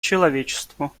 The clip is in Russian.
человечеству